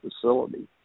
facility